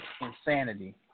insanity